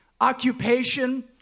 occupation